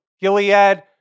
Gilead